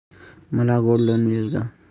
मला gold loan मिळेल का?